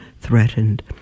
threatened